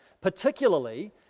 particularly